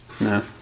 No